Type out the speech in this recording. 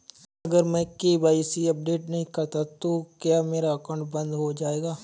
अगर मैं KYC update नहीं करता तो क्या मेरा अकाउंट बंद हो जाएगा?